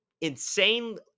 insane